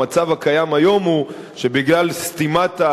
המצב הקיים היום הוא שבגלל סתימה,